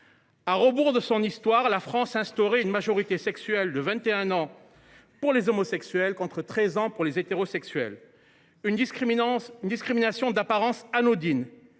À rebours de son histoire, la France instaurait une majorité sexuelle de 21 ans pour les homosexuels, contre 13 ans pour les hétérosexuels. D’apparence anodine,